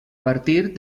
partir